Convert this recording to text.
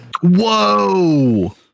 Whoa